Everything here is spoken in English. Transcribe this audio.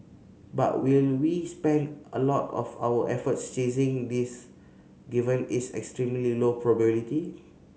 but will we spend a lot of our efforts chasing this given its extremely low probability